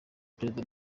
perezida